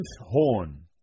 horn